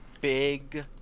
big